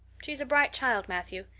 she's a bright child, matthew.